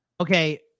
Okay